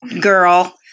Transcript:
girl